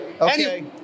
Okay